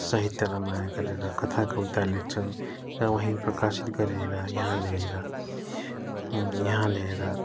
साहित्यलाई माया गरेर कथा कविता लेख्छन् र त्यहीँ प्रकाशित गरेर यहाँ ल्याएर यहाँ ल्याएर